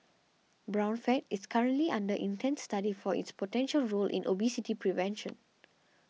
brown fat is currently under intense study for its potential role in obesity prevention